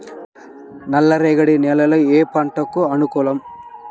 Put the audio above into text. నల్లరేగడి నేలలు ఏ పంటలకు అనుకూలం?